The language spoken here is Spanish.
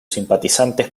simpatizantes